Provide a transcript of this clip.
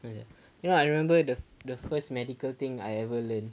ya sia ya I remembered the the first medical thing I ever learned